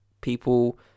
people